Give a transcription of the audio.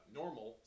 normal